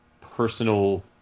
personal